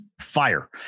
fire